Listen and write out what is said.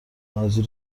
نازی